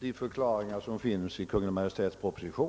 de förklaringar som finns i Kungl. Maj:ts proposition.